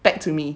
back to me